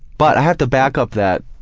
but i have to back up that.